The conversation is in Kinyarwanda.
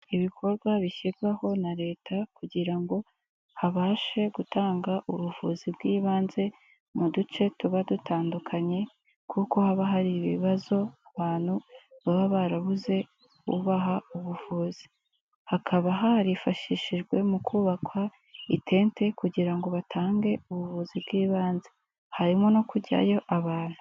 Ibikorwa bishyirwaho na leta kugira ngo habashe gutanga ubuvuzi bw'ibanze mu duce tuba dutandukanye, kuko haba hari ibibazo abantu baba barabuze ubaha ubuvuzi. Hakaba harifashishijwe mu kubakwa itente, kugira ngo batange ubuvuzi bw'ibanze. Harimo no kujyayo abantu.